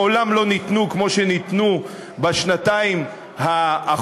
מעולם לא ניתנו כמו שניתנו בשנתיים האחרונות,